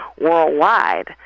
worldwide